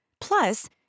Plus